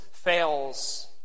fails